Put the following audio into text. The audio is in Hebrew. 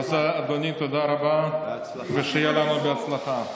אדוני, תודה רבה, ושיהיה לנו בהצלחה.